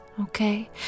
okay